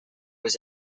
was